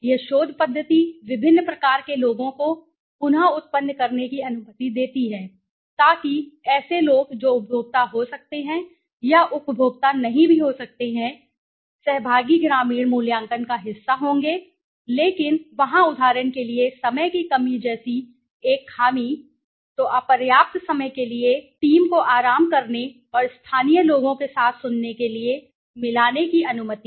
यह शोध पद्धति विभिन्न प्रकार के लोगों को पुन उत्पन्न करने की अनुमति देती है ताकि ऐसे लोग जो उपभोक्ता हो सकते हैं या उपभोक्ता नहीं भी हो सकते हैं सहभागी ग्रामीण मूल्यांकन का हिस्सा होंगे लेकिन वहाँ उदाहरण के लिए समय की कमी जैसी एक खामी तो अपर्याप्त समय के लिए टीम को आराम करने और स्थानीय लोगों के साथ सुनने के लिए मिलाने की अनुमति है